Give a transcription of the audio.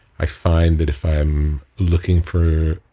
i find that if i'm looking for